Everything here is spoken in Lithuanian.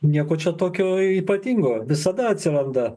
nieko čia tokio ypatingo visada atsiranda